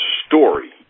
story